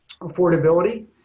affordability